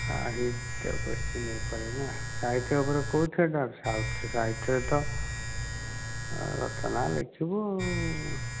ସାହିତ୍ୟ କ୍ଵେଶ୍ଚିନ୍ ଉପରେ ନା ସାହିତ୍ୟ ଉପରେ କେଉଁଥିରେ ତୋର ସାହିତ୍ୟ ସାହିତ୍ୟରେ ତ ରଚନା ଲେଖିବୁ ଆଉ